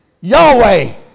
Yahweh